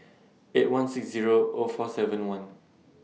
eight one six Zero O four seven one